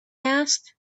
asked